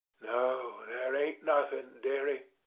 no, there ain't nothing, dearie.